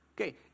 Okay